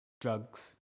drugs